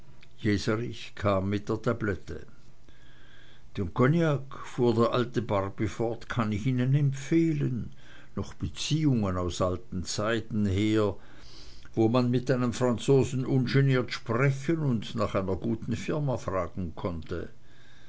jeserich kam mit der tablette den cognac fuhr der alte barby fort kann ich ihnen empfehlen noch beziehungen aus zeiten her wo man mit einem franzosen ungeniert sprechen und nach einer guten firma fragen konnte